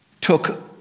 took